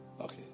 okay